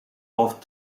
off